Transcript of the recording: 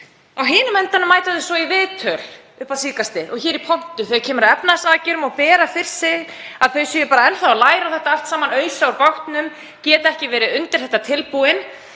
Á hinum endanum mæta þau svo í viðtöl upp á síðkastið og hér í pontu og ræða efnahagsaðgerðir og bera fyrir sig að þau séu enn þá að læra þetta allt saman, ausa úr bátnum, geta ekki verið undir þetta búin.